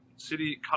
city